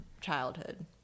childhood